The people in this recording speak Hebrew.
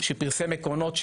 שפרסם עקרונות,